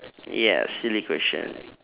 ya silly question